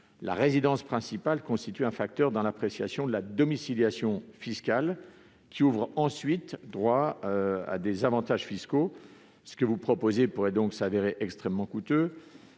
la résidence principale constitue un facteur dans l'appréciation de la domiciliation fiscale, qui ouvre ensuite droit à des avantages fiscaux. Ce que vous proposez pourrait donc s'avérer extrêmement coûteux.